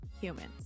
humans